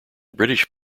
british